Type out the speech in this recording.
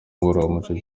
ngororamuco